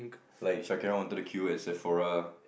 like Shakira wanted to queue at Sephora